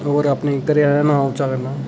और अपने घरें आह्लें दा नांऽ उच्चा करना